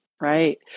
Right